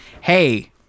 hey